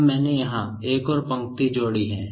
अब मैंने यहाँ एक और पंक्ति जोड़ी है